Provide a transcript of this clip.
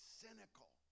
cynical